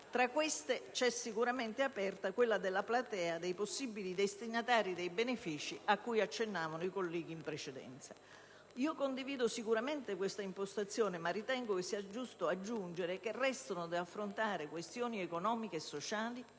tra queste è sicuramente aperta quella della platea dei possibili destinatari dei benefici, a cui hanno accennato alcuni colleghi in precedenza. Condivido pienamente questa impostazione, ma ritengo sia giusto aggiungere che restano da affrontare con la massima